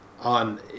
on